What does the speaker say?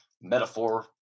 metaphor